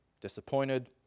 disappointed